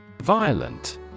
Violent